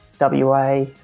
WA